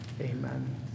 Amen